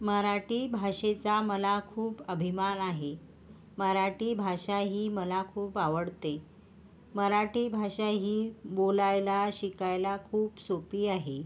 मराठी भाषेचा मला खूप अभिमान आहे मराठी भाषा ही मला खूप आवडते मराठी भाषा ही बोलायला शिकायला खूप सोपी आहे